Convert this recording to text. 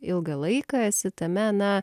ilgą laiką esi tame na